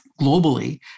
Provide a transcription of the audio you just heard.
globally